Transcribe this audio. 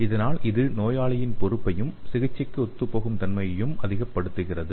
அதனால் இது நோயாளியின் பொறுப்பையும் சிகிச்சைக்கு ஒத்துப்போகும் தன்மையையும் அதிகப்படுத்துகிறது